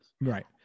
Right